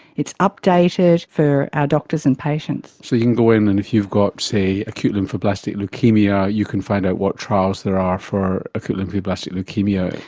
updated for our doctors and patients. so you can go in, and if you've got, say, acute lymphoblastic leukaemia, you can find out what trials there are for acute lymphoblastic leukaemia.